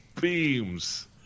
beams